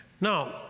Now